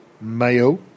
Mayo